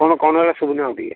କ'ଣ ଶୁଭୁନି ଆଉ ଟିକେ